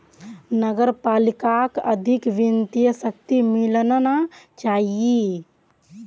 नगर पालिकाक अधिक वित्तीय शक्ति मिलना चाहिए